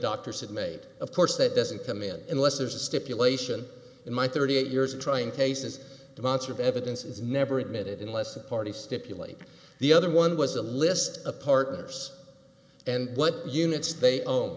doctor said made of course that doesn't come in unless there's a stipulation in my thirty eight years of trying cases demonstrative evidence is never admitted unless the parties stipulate the other one was a list of partners and what units they o